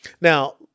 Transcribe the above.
Now